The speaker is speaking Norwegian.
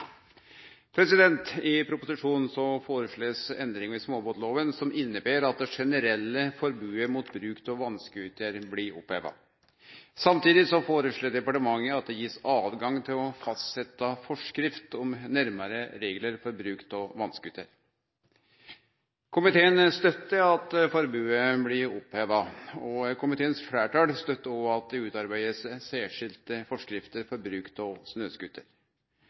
vedtatt. I proposisjonen blir det føreslege endring i småbåtlova som inneber at det generelle forbodet mot bruk av vass-scooter blir oppheva. Samtidig føreslår departementet at det blir gitt høve til å fastsetje forskrift om nærare reglar for bruk av vass-scooter. Komiteen støttar at forbodet blir oppheva, og komiteens fleirtal støttar òg at det utarbeidast særskilte forskrifter for bruk av